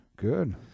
good